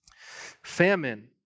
Famine